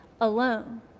alone